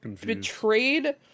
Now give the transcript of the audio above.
betrayed